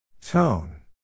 Tone